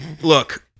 Look